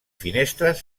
finestres